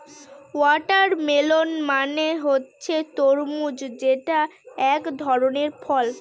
watermelon মানে হচ্ছে তরমুজ যেটা এক ধরনের ফল